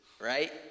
right